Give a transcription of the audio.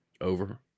Over